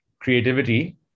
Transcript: creativity